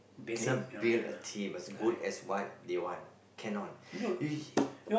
you cannot build a team as good as what they want cannot